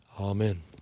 Amen